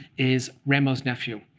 is rameau's nephew.